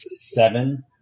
Seven